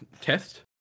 test